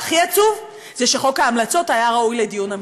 והכי עצוב זה שחוק ההמלצות היה ראוי לדיון אמיתי.